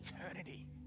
eternity